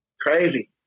crazy